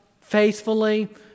faithfully